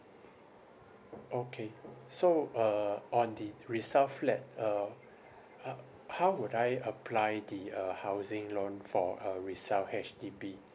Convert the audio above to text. okay so uh on the resale flat uh uh how would I apply the uh housing loan for a resale H_D_B